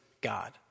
God